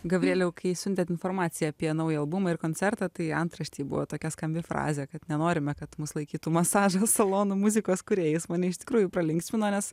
gabrieliau kai siuntėt informaciją apie naują albumą ir koncertą tai antraštėj buvo tokia skambi frazė kad nenorime kad mus laikytų masažo salonų muzikos kūrėjais mane iš tikrųjų pralinksmino nes